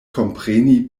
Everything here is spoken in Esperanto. kompreni